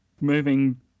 moving